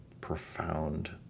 profound